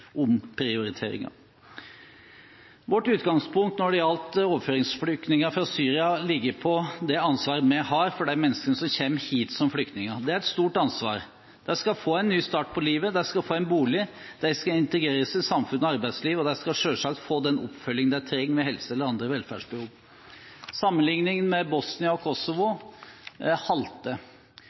omprioriteringer. Vårt utgangspunkt når det gjelder overføringsflyktninger fra Syria, er det ansvaret vi har for mennesker som kommer hit som flyktninger. Det er et stort ansvar. De skal få en ny start på livet, de skal få en bolig, de skal integreres i samfunns- og arbeidsliv, og de skal selvsagt få den oppfølgingen de trenger, med helse eller andre velferdsbehov. Sammenligningen med Bosnia og Kosovo